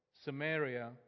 Samaria